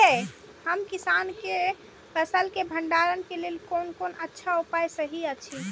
हम किसानके फसल के भंडारण के लेल कोन कोन अच्छा उपाय सहि अछि?